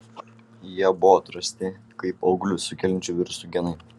jie buvo atrasti kaip auglius sukeliančių virusų genai